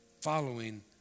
following